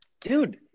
Dude